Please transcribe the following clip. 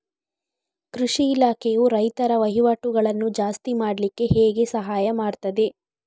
ಕೃಷಿ ಇಲಾಖೆಯು ರೈತರ ವಹಿವಾಟುಗಳನ್ನು ಜಾಸ್ತಿ ಮಾಡ್ಲಿಕ್ಕೆ ಹೇಗೆ ಸಹಾಯ ಮಾಡ್ತದೆ?